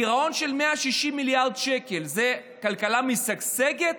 גירעון של 160 מיליארד שקל זה כלכלה משגשגת?